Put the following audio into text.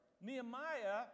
Nehemiah